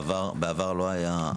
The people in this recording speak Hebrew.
בעבר לא היה?